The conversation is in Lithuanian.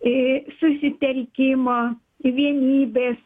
į susitelkimą į vienybės